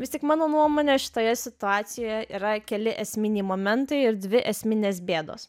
vis tik mano nuomone šitoje situacijoje yra keli esminiai momentai ir dvi esminės bėdos